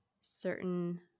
certain